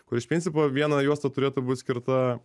kur iš principo viena juosta turėtų būt skirta